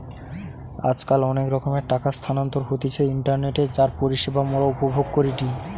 আজকাল অনেক রকমের টাকা স্থানান্তর হতিছে ইন্টারনেটে যার পরিষেবা মোরা উপভোগ করিটি